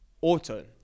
auto